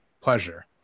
pleasure